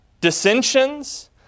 dissensions